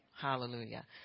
Hallelujah